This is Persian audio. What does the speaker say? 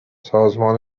سازمان